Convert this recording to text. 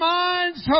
minds